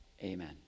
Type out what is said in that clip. Amen